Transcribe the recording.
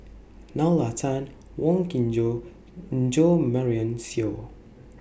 Nalla Tan Wong Kin Jong and Jo Marion Seow